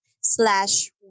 slash